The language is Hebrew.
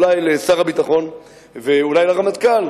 אולי לשר הביטחון ואולי לרמטכ"ל,